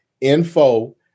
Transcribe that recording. info